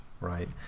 Right